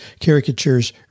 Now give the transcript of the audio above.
caricatures